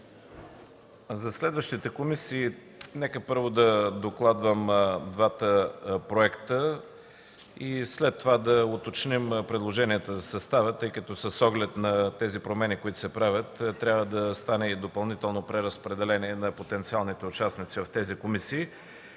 За следващите комисии нека първо да докладвам двата проекта и след това да уточним предложенията за състава им, тъй като с оглед на направените промени трябва да стане и допълнително преразпределение на потенциалните участници в тези комисии.